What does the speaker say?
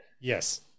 Yes